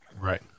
right